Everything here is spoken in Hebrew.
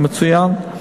מצוין.